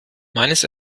meines